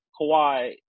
Kawhi